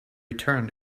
return